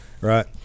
right